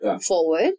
forward